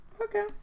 Okay